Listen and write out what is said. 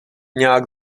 nějak